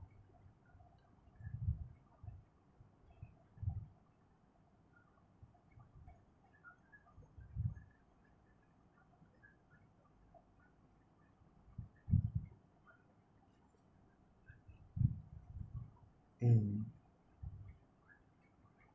mmhmm